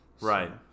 Right